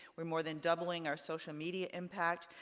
we're more than doubling our social media impact.